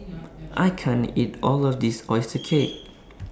I can't eat All of This Oyster Cake